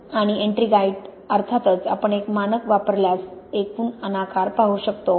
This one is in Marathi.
आणि एट्रिंगाइट आणि अर्थातच आपण एक मानक वापरल्यास आपण एकूण अनाकार पाहू शकतो